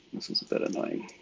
this is a bit annoying.